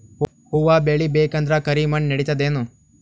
ಹುವ ಬೇಳಿ ಬೇಕಂದ್ರ ಕರಿಮಣ್ ನಡಿತದೇನು?